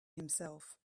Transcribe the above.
himself